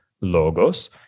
logos